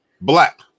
Black